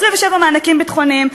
27 מיליון מענקים ביטחוניים.